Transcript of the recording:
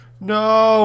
No